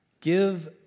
Give